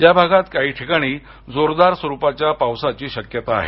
या भागात काही ठिकाणी जोरदार स्वरूपाच्या पावसाची शक्यता आहे